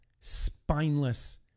spineless